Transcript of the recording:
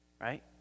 Right